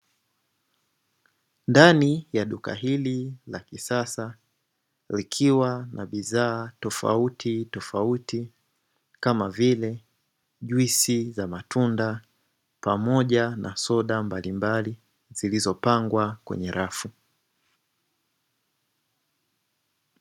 Ndani ya duka hili la kisasa, likiwa na bidhaa tofautitofauti kama vile jusi za matunda pamoja na soda mbalimbali zilizopangwa kwenye rafu.